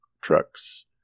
trucks